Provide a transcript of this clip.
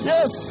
Yes